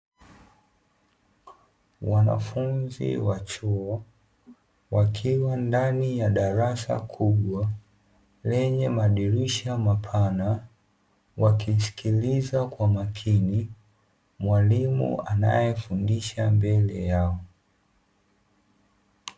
Wanafunzi wa chuo wakiwa ndani ya darasa kubwa, lenye madirisha mapana, wakisilikiliza kwa makini mwalimu anayefundisha mbele yao.